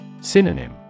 Synonym